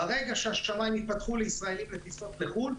ברגע שהשמיים ייפתחו לישראלים לטיסות לחו"ל,